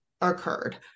occurred